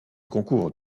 concours